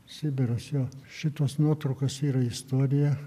sibiras jo šitos nuotraukos yra istorija